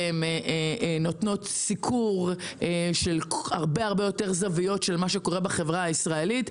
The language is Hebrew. ונותנות סיקור של הרבה יותר זוויות של מה שקורה בחברה הישראלית.